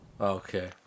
Okay